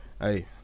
Hey